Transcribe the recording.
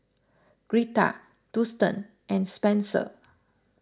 Greta Dustan and Spenser